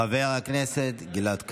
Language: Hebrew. חבר הכנסת גלעד קריב,